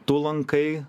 tu lankai